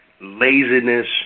laziness